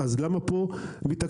אז למה פה מתעקשים?